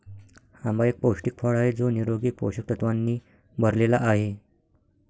आंबा एक पौष्टिक फळ आहे जो निरोगी पोषक तत्वांनी भरलेला आहे